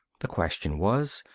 the question was,